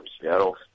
Seattle